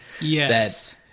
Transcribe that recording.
Yes